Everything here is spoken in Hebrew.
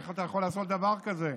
איך אתה יכול לעשות דבר כזה?